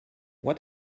what